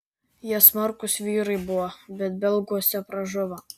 jie smarkūs vyrai buvo bet belguose pražuvo